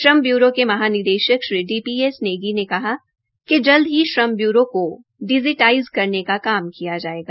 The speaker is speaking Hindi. श्रम ब्यूरों के महानिदेशक डी पी एस नेगी ने कहा कि जल्द ही श्रम ब्यूरो को डिजीटाईज करने का काम किया जायेगा